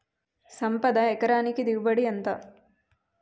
సంపద ఎకరానికి దిగుబడి ఎంత?